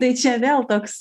tai čia vėl toks